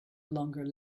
longer